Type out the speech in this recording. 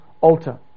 altar